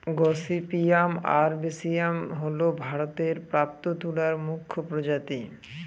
gossypium arboreum হল ভারতে প্রাপ্ত তুলার মুখ্য প্রজাতি